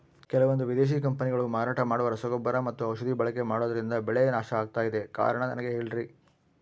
ಕೆಲವಂದು ವಿದೇಶಿ ಕಂಪನಿಗಳು ಮಾರಾಟ ಮಾಡುವ ರಸಗೊಬ್ಬರ ಮತ್ತು ಔಷಧಿ ಬಳಕೆ ಮಾಡೋದ್ರಿಂದ ಬೆಳೆ ನಾಶ ಆಗ್ತಾಇದೆ? ಕಾರಣ ನನಗೆ ಹೇಳ್ರಿ?